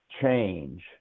change